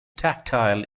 tactile